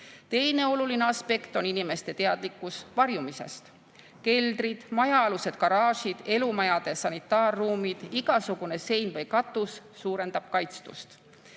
oluline aspekt on inimeste teadlikkus varjumisest. Keldrid, majaalused garaažid, elumajade sanitaarruumid, igasugune sein või katus suurendavad kaitstust.